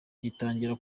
gitangira